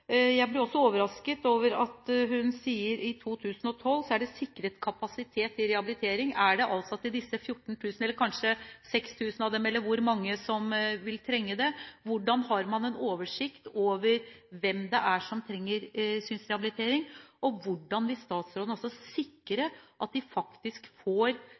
Jeg ble også overrasket over at hun sier at det i 2012 er sikret kapasitet til rehabilitering. Gjelder dette de 14 000, eller kanskje 6 000 – eller hvor mange det er som vil trenge det? Har man en oversikt over hvem det er som trenger synsrehabilitering? Hvordan vil statsråden sikre at de faktisk får